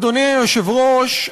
אדוני היושב-ראש,